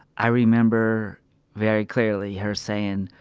i remember very clearly her saying,